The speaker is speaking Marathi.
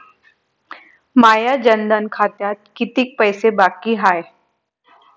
माया जनधन खात्यात कितीक पैसे बाकी हाय?